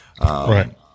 right